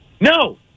No